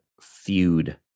feud